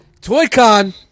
Toy-Con